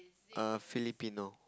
err Filipino